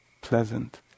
pleasant